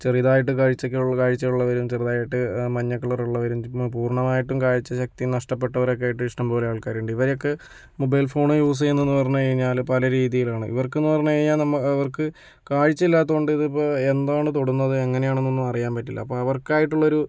ചെറിയതായിട്ട് കാഴ്ച്ചയൊക്കെയുള്ള കാഴ്ച്ച ഉള്ളവരും ചെറിതായിട്ട് മഞ്ഞ കളറുള്ളവരും പൂർണ്ണമായിട്ടും കാഴ്ചശക്തി നഷ്ടപ്പെട്ടവരൊക്കെ ആയിട്ട് ഇഷ്ടംപോലെ ആൾക്കാരുണ്ട് ഇവരൊക്കെ മൊബൈൽ ഫോൺ യൂസ് ചെയ്യുന്നതെന്നു പറഞ്ഞു കഴിഞ്ഞാൽ പല രീതിയിലാണ് ഇവർക്ക് എന്നു പറഞ്ഞു കഴിഞ്ഞാൽ നമ്മൾ അവർക്ക് കാഴ്ച്ച ഇല്ലാത്തതുകൊണ്ട് ഇതിപ്പം എന്താണ് തൊടുന്നത് എങ്ങനെയാണെന്നൊന്നും അറിയാൻ പറ്റില്ല അപ്പം അവർക്കായിട്ടുള്ളൊരു